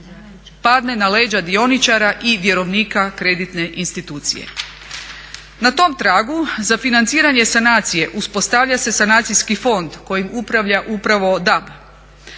padne na leđa dioničara i vjerovnika kreditne institucije. Na tom tragu za financiranje sanacije uspostavlja se sanacijski fond kojim upravlja upravo DAB.